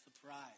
surprise